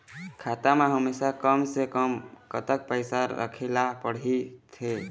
खाता मा हमेशा कम से कम कतक पैसा राखेला पड़ही थे?